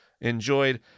enjoyed